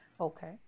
Okay